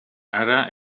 ara